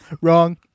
Wrong